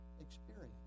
experience